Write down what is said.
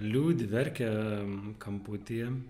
liūdi verkia kamputyje